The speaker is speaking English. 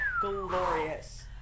glorious